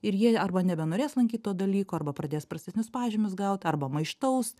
ir jie arba nebenorės lankyt to dalyko arba pradės prastesnius pažymius gaut arba maištaus